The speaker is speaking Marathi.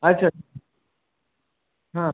अच्छा अच्छा अच्छा हां